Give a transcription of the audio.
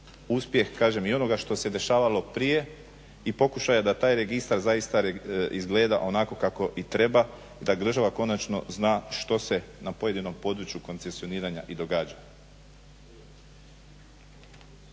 uspjeh, kažem i onoga što se dešavalo prije i pokušaja da taj registar zaista izgleda onako kako i treba da država konačno zna što se na pojedinom području koncesioniranja i događa.